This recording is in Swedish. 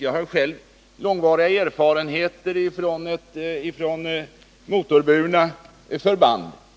Jag har själv långvariga erfarenheter från motorburna förband.